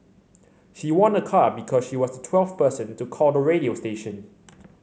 she won a car because she was the twelfth person to call the radio station